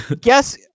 guess